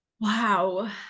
Wow